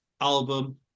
album